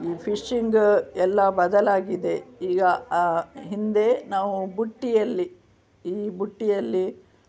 ಈ ಫಿಶ್ಶಿಂಗ್ ಎಲ್ಲ ಬದಲಾಗಿದೆ ಈಗ ಆ ಹಿಂದೆ ನಾವು ಬುಟ್ಟಿಯಲ್ಲಿ ಈ ಬುಟ್ಟಿಯಲ್ಲಿ